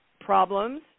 problems